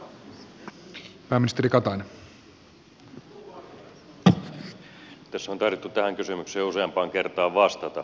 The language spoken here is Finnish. tässä on taidettu tähän kysymykseen useampaan kertaan vastata